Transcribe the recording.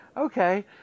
Okay